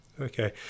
Okay